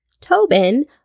Tobin